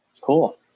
cool